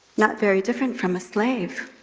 not very different from a slave.